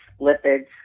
lipids